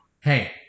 Hey